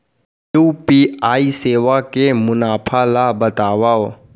UPI सेवा के मुनाफा ल बतावव?